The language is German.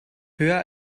höher